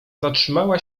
zatrzymała